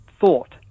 thought